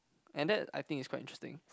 and that I think is quite interesting